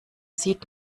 sieht